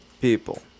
people